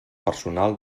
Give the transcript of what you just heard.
personal